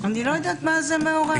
כי אני לא יודעת מה זה יעורר.